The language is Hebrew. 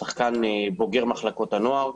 שחקן בוגר מחלקות הנוער,